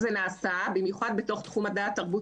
זה נעשה במיוחד בתוך תחום הדעת תרבות